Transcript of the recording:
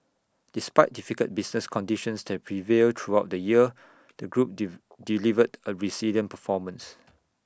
despite difficult business conditions that prevailed throughout the year the group delivered A resilient performance